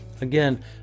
Again